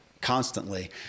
constantly